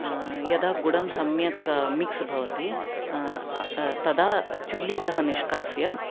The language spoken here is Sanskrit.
यदा गुडं सम्यक् मिक्स् भवति तदा चुल्लीतः निष्कास्य